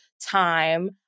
time